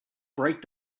bright